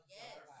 yes